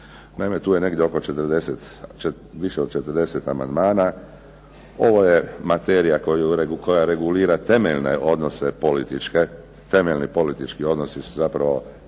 Naime, tu je negdje više od 40 amandmana, ovo je materijal koja regulira temeljne odnose političke, temeljni politički odnosi proistječu